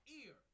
ear